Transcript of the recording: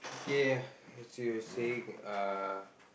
K ah as you were saying uh